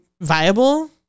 viable